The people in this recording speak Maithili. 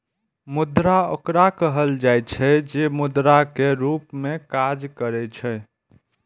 मुद्रा ओकरा कहल जाइ छै, जे मुद्रा के रूप मे काज करै छै